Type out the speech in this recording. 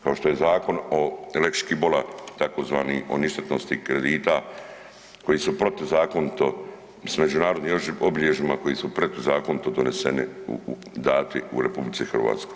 Kao što je zakon o lex Škibola, tzv. o ništetnosti kredita koji su protuzakonito, s međunarodnim obilježjima, koji su protuzakonito doneseni u dati u RH.